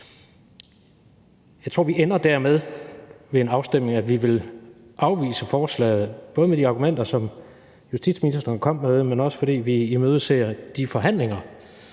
jeg tror, vi ender med ved en afstemning, at vi vil afvise forslaget, både med de argumenter, som justitsministeren kom med, men også fordi vi imødeser de forhandlinger,